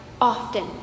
often